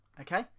okay